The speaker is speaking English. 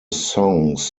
songs